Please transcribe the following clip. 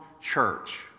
church